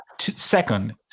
second